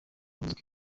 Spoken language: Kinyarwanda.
yavuze